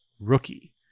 rookie